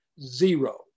Zero